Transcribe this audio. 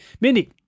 Mindy